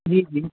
جی جی